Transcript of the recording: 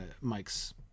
Mike's